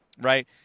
right